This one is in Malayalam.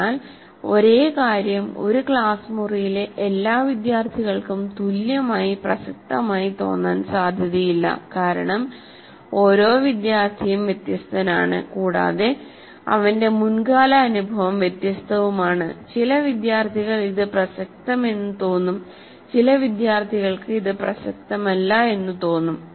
എന്നാൽ ഒരേ കാര്യം ഒരു ക്ലാസ് മുറിയിലെ എല്ലാ വിദ്യാർത്ഥികൾക്കും തുല്യമായി പ്രസക്തമായി തോന്നാൻ സാധ്യതയില്ല കാരണം ഓരോ വിദ്യാർത്ഥിയും വ്യത്യസ്തനാണ് കൂടാതെ അവന്റെ മുൻകാല അനുഭവം വ്യത്യസ്തവുമാണ് ചില വിദ്യാർത്ഥികൾ ഇത് പ്രസക്തമെന്ന് തോന്നും ചില വിദ്യാർത്ഥികൾക്ക് ഇത് പ്രസക്തമല്ല എന്ന് തോന്നും